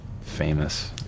famous